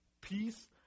peace